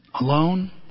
alone